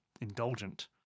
indulgent